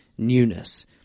Newness